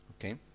Okay